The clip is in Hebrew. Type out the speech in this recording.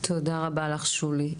תודה רבה לך, שולי.